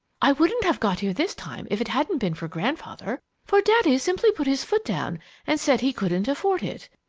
i wouldn't have got here this time if it hadn't been for grandfather, for daddy simply put his foot down and said he couldn't afford it.